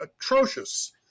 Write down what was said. atrocious